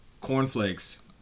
Cornflakes